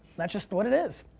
that's just what it is.